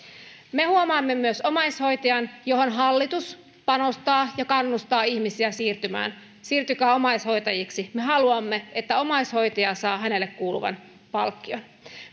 me huomaamme myös omaishoitajat joihin hallitus panostaa ja joiksi se kannustaa ihmisiä siirtymään siirtykää omaishoitajiksi me haluamme että omaishoitaja saa hänelle kuuluvan palkkion